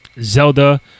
Zelda